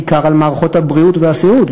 בעיקר על מערכות הבריאות והסיעוד,